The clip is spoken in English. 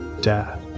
Dad